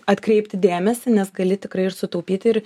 atkreipti dėmesį nes gali tikrai ir sutaupyti ir